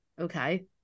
okay